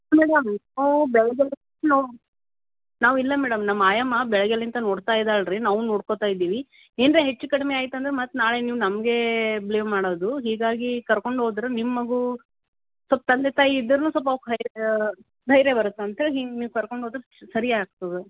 ನಾವು ಇಲ್ಲ ಮೇಡಮ್ ನಮ್ಮ ಆಯಮ್ಮ ಬೆಳಗೆಲಿಂತ ನೋಡ್ತ ಇದಾಳೆ ರೀ ನಾವೂ ನೋಡ್ಕೊತ ಇದ್ದೀವಿ ಏನಾರ ಹೆಚ್ಚು ಕಡಿಮೆ ಆಯ್ತು ಅಂದ್ರೆ ಮತ್ತೆ ನಾಳೆ ನೀವು ನಮಗೇ ಬ್ಲೇಮ್ ಮಾಡೋದು ಹೀಗಾಗಿ ಕರ್ಕೊಂಡು ಹೋದ್ರ್ ನಿಮ್ಮ ಮಗು ಸ್ವಲ್ಪ್ ತಂದೆ ತಾಯಿ ಇದ್ರೆನು ಸ್ವಲ್ಪ ದೈ ಧೈರ್ಯ ಬರತ್ತೆ ಅಂತ್ಹೇಳಿ ಹಿಂಗೆ ನೀವು ಕರ್ಕೊಂಡು ಹೋದ್ರ್ ಸರಿ ಆಗ್ತದೆ